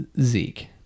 zeke